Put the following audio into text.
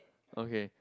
okay